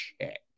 check